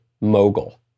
mogul